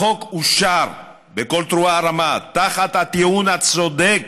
החוק אושר בקול תרועה רמה בטיעון הצודק